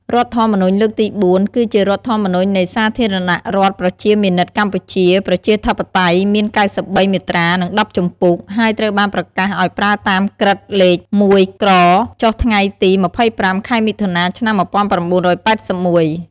រដ្ឋធម្មនុញ្ញលើកទី៤ គឺជារដ្ឋធម្មនុញ្ញ នៃសាធារណរដ្ឋប្រជាមានិតកម្ពុជាប្រជាធិបតេយ្យ មាន៩៣ មាត្រា និង១០ ជំពូក ហើយត្រូវបានប្រកាសឲ្យប្រើតាមក្រឹត្យ លេខ ០១ក្រ ចុះថ្ងៃទី ២៥ ខែមថុនា ឆ្នាំ ១៩៨១។